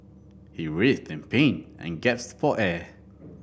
he writhed in pain and gasped for air